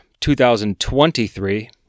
2023